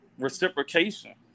reciprocation